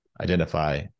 identify